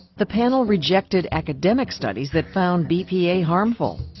the panel rejected academic studies that found bpa harmful,